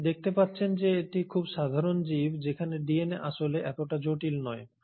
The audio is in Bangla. আপনি দেখতে পাচ্ছেন যে এটি খুব সাধারণ জীব যেখানে ডিএনএ আসলে এতটা জটিল নয়